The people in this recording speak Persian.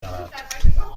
دارد